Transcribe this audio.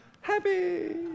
happy